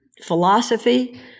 philosophy